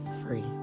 free